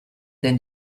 than